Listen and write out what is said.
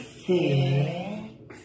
six